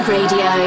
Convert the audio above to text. Radio